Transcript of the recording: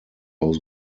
aus